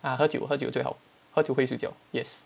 ah 喝酒喝酒最好喝酒会睡觉 yes